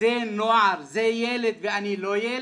"זה ילד ואני לא ילד?